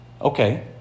Okay